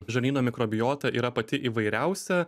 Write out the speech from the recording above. žarnyno mikrobiota yra pati įvairiausia